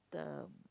the